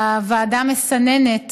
הוועדה מסננת